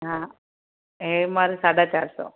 हा हैवमोर साढा चार सौ